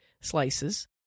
slices